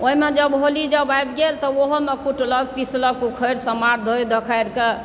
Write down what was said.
ओहिमे जब होली जब आबि गेल तऽ ओहोमे कुटलक पिसलक उखड़ि समाठ धोइ धखारि कऽ